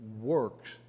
works